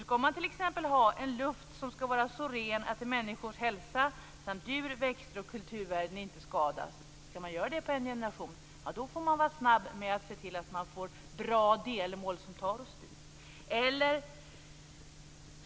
Skall man t.ex. ha en luft som är så ren att människors hälsa samt djur-, växtoch kulturvärden inte skadas, och uppnå det inom en generation, får man vara snabb. Man får se till att ha bra delmål som tar oss dit.